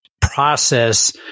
process